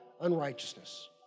unrighteousness